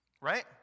right